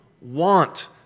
want